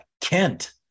Kent